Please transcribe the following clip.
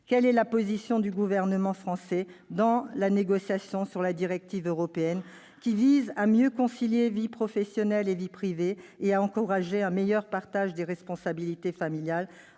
Quelle est la position du Gouvernement français dans la négociation sur la directive européenne, qui vise à favoriser la conciliation de la vie professionnelle et de la vie privée et à encourager un meilleur partage des responsabilités familiales